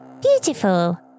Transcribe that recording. Beautiful